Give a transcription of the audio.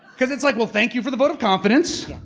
cause it's like, well thank you for the vote of confidence,